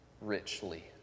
richly